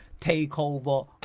takeover